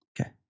Okay